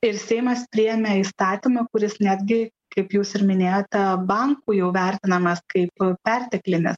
ir seimas priėmė įstatymą kuris netgi kaip jūs ir minėjote bankų jau vertinamas kaip perteklinis